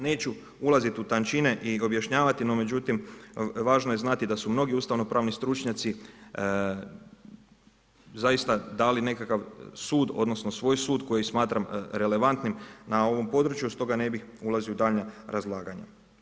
Neću ulazit u tančine i objašnjavati no međutim, važno je znati da su mnogi ustavnopravni stručnjaci zaista dali nekakav sud, odnosno svoj sud koji smatram relevantnim na ovom području stoga ne bih ulazio u daljnja razlaganja.